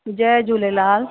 Jay Jhulelal